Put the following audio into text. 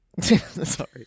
Sorry